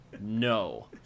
No